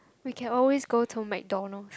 we can always go to MacDonald